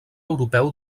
europeu